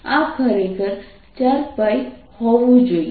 આ ખરેખર4 હોવું જોઈએ